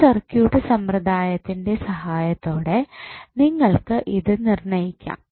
പല സർക്യൂട്ട് സമ്പ്രദായത്തിൻ്റെ സഹായത്തോടെ നിങ്ങൾക്ക് ഇത് നിർണയിക്കാം